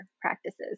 practices